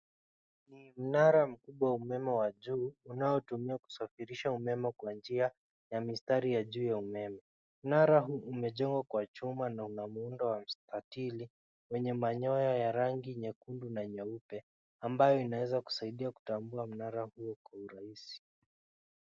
Ni mnara mkubwa wa umeme wa juu unaotumia kusafirisha umeme kwa njia ya mistari ya juu ya umeme. Mnara huu umejengwa kwa chuma na una muundo wa mstatili wenye manyoya ya rangi nyekundu na nyeupe ambayo inaweza kusaidia kutambua mnara huo kwa urahisi.